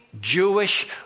Jewish